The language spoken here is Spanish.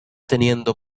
teniendo